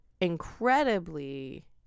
incredibly